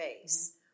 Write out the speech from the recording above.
face